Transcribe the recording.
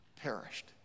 perished